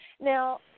Now